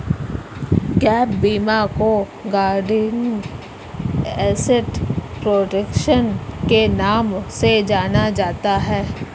gap बीमा को guaranteed asset protection के नाम से जाना जाता है